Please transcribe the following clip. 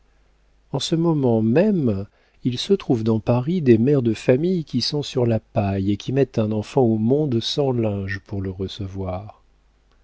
en ce moment même il se trouve dans paris des mères de famille qui sont sur la paille et qui mettent un enfant au monde sans linge pour le recevoir